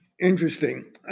Interesting